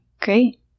great